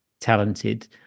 talented